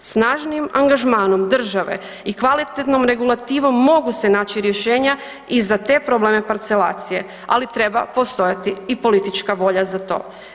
Snažnijim angažmanom države i kvalitetnom regulativom mogu se naći rješenja i za te probleme parcelacije, ali treba postojati i politička volja za to.